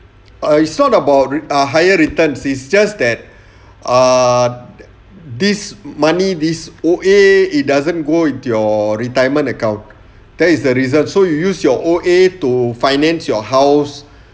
ah it's not about ah higher returns is just that uh this money this O_A it doesn't go with your retirement account that is the reason so you use your O_A to finance your house